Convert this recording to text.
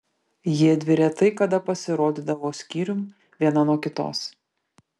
jiedvi retai kada pasirodydavo skyrium viena nuo kitos